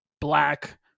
Black